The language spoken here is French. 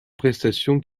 prestation